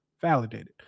validated